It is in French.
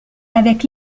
avec